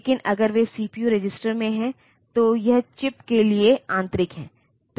लेकिन अगर वे सीपीयू रजिस्टर में हैं तो यह चिप के लिए आंतरिक है